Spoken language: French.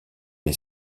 les